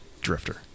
Drifter